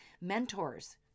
mentors